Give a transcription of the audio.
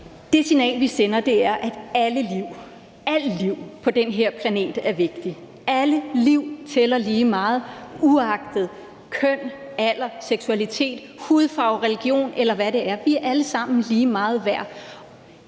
Det signal, vi sender, er, at alle liv på den her planet er vigtige. Alle liv tæller lige meget uagtet køn, alder, seksualitet, hudfarve, religion, eller hvad det er. Vi alle sammen lige meget værd.